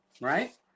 right